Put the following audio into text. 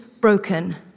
broken